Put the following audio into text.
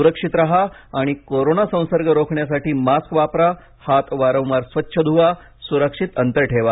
सुरक्षित राहा आणि कोरोना संसर्ग रोखण्यासाठी मास्क वापरा हात वारंवार स्वच्छ धुवा सुरक्षित अंतर ठेवा